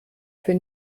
für